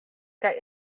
kaj